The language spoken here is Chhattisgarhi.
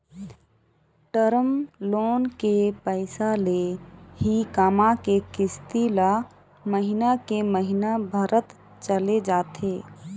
टर्म लोन के पइसा ले ही कमा के किस्ती ल महिना के महिना भरत चले जाथे